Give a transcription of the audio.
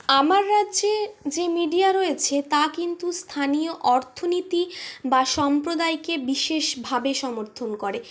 আমার রাজ্যে যে মিডিয়া রয়েছে তা কিন্তু স্থানীয় অর্থনীতি বা সম্প্রদায়কে বিশেষ ভাবে সমর্থন করে